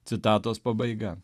citatos pabaiga